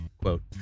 quote